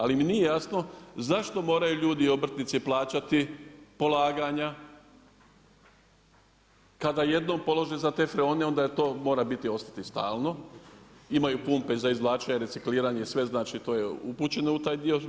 Ali mi nije jasno zašto moraju ljudi i obrtnici plaćati polaganja, kada jednom polože za te freone, onda to mora biti, ostati stalno, imaju pumpe za izvlačenje, recikliranje i sve, znači to je upućeno u taj dio.